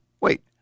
Wait